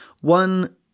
one